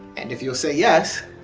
and if you'll say yes,